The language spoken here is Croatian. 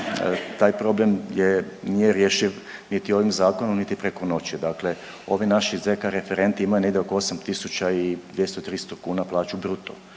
taj problem je, nije rješiv niti ovim zakonom niti preko noći. Dakle, ovi naši zk referenti imaju negdje oko 8.000 i 200-300 kuna plaću bruto,